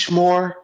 more